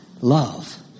love